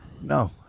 No